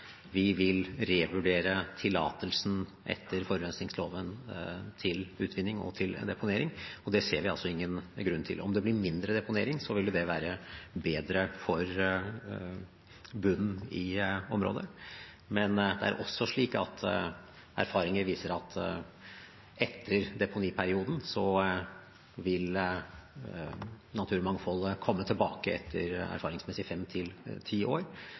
vi vil revurdere tillatelsen til utvinning og deponering etter forurensingsloven. Det ser vi ingen grunn til. Om det blir mindre deponering, ville det være bedre for bunnen i området, men erfaringer viser at naturmangfoldet vil komme tilbake fem til ti år etter deponiperioden. Så det er mens deponeringen pågår, at effektene vil